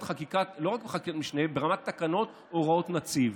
חקיקת משנה אלא ברמת תקנות והוראות נציב,